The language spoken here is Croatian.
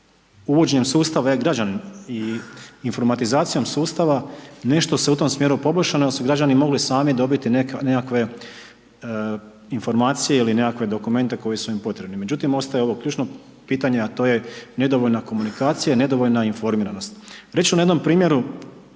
uvođenjem sustava e-građani i informatizacijom sustava nešto se u tom smjeru poboljšalo jer su građani mogli sami dobiti nekakve informacije ili nekakve dokumente koji su im potrebni. Međutim, ostaje ovo ključno pitanje a to je nedovoljna komunikacija i nedovoljna informiranost. Reći ću na jednom primjeru,